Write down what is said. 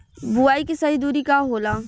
बुआई के सही दूरी का होला?